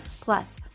plus